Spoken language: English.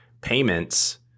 payments